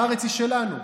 הארץ היא שלנו?